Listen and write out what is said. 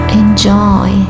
enjoy